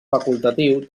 facultatiu